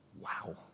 wow